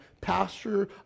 pastor